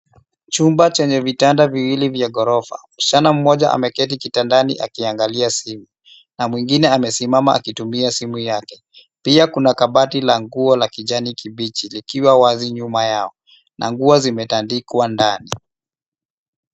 Chumba chenye vitanda viwili vya ghorofa. Msichana mmoja ameketi kitandani akiangalia simu na mwingine amesimama akitumia simu yake. Pia kuna kabati la nguo la kijani kibichi likiwa wazi nyuma yao na nguo zimetandikwa ndani.